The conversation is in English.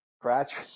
Scratch